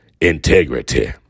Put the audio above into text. integrity